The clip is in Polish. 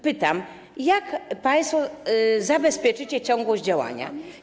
Pytam: Jak państwo zabezpieczycie ciągłość działania?